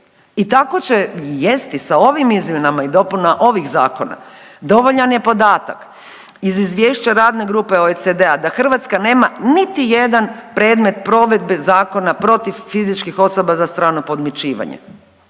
i tako će i jest i sa ovim izmjenama i dopuna ovih zakona, dovoljan je podatak, iz izvješća radne grupe OECD-a da Hrvatska nema niti jedan predmet provedbe zakona protiv fizičkih osoba za strano podmićivanje.